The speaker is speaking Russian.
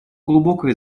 глубокая